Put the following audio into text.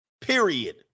Period